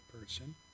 person